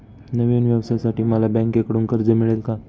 नवीन व्यवसायासाठी मला बँकेकडून कर्ज मिळेल का?